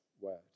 word